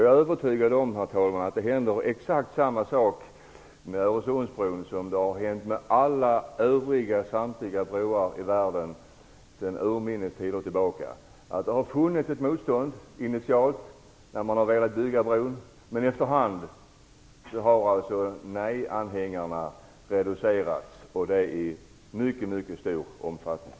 Jag är övertygad om att exakt samma sak händer med Öresundsbron som har hänt med alla övriga broar i världen sedan urminnes tider. Initialt har det funnits ett motstånd. Efter hand har nejanhängarna sedan reducerats i mycket stor omfattning.